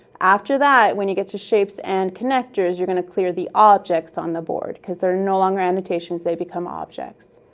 after that, when you get to shapes and connectors, you're going to clear the objects on the board, because they're no longer annotations, they become objects.